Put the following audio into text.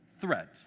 threat